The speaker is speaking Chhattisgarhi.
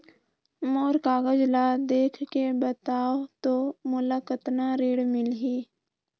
मोर कागज ला देखके बताव तो मोला कतना ऋण मिलही?